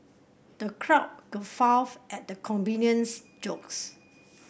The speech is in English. the crowd guffawed at the comedian's jokes